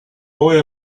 boy